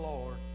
Lord